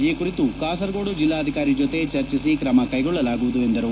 ಈ ಕುರಿತು ಕಾಸರಗೋಡು ಜಿಲ್ಲಾಧಿಕಾರಿ ಜತೆ ಚರ್ಚಿಸಿ ಕ್ರಮ ಕೈಗೊಳ್ಳಲಾಗುವುದು ಎಂದರು